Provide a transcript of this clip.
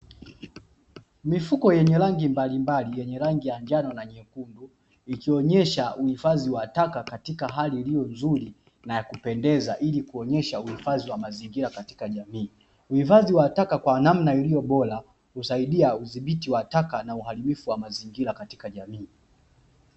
Mifuko yenye rangi mbalimbali yenye rangi ya njano na nyekundu, ikionyesha uhifadhi wa taka ikiwa katika hali ilionzuri na kupendeza ili kuonyesha uhifadhi wa mazingira katika jamii. Uhifadhi wa taka kwa namna iliobora inasaidia udhibiti wa taka na uharibifu wa mazingira katika jamii.